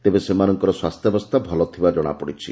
ତେବେ ସେମାନଙ୍କର ସ୍ୱାସ୍ଥ୍ୟାବସ୍ଥା ଭଲ ଥିବା ଜଶାପଡ଼ିଛି